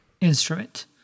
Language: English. instrument